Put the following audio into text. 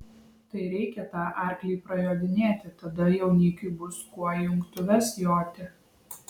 tai reikia tą arklį prajodinėti tada jaunikiui bus kuo į jungtuves joti